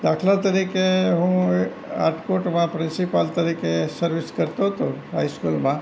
દાખલા તરીકે હું રાજકોટમાં પ્રિન્સિપાલ તરીકે સર્વિસ કરતો હતો હાઇસ્કૂલમાં